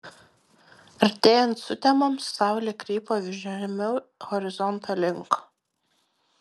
artėjant sutemoms saulė krypo vis žemiau horizonto link